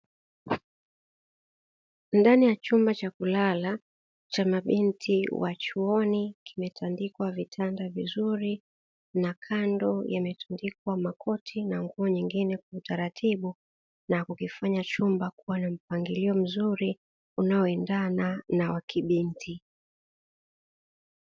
Ndani ya chumba cha kulala cha mabinti wa chuoni, kimetandikwa vitanda vizuri na kando yametundikwa makoti na nguo nyingine kwa utaratibu, na kukifanya chumba kuwa na mpangilio mzuri unaoendana na wa kibinti.